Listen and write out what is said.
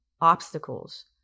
obstacles